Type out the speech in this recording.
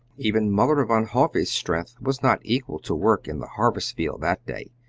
even mother van hove's strength was not equal to work in the harvest-field that day,